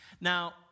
Now